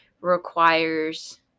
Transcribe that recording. requires